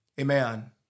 Amen